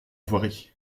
voirie